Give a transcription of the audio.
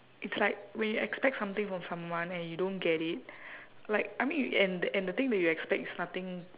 it's like when you expect something from someone and you don't get it like I mean y~ and the and the thing that you expect is nothing